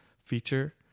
feature